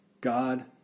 God